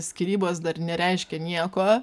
skyrybos dar nereiškia nieko